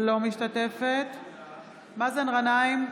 אינה משתתפת בהצבעה מאזן גנאים,